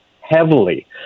heavily